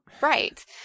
Right